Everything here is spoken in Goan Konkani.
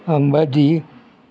अंबाजी